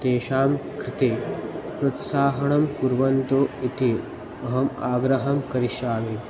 तेषां कृते प्रोत्साहनं कुर्वन्तु इति अहम् आग्रहं करिष्यामि